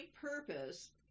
purpose